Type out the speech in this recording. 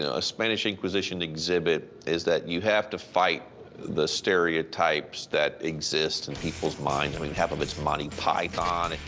a spanish inquisition exhibit is that you have to fight the stereotypes that exist in and people's minds. i mean, half of it's monty python.